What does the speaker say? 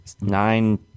nine